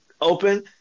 open